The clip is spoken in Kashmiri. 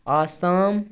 آسام